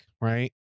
Right